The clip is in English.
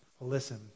Listen